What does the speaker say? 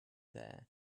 there